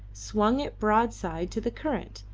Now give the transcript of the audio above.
swung it broadside to the current,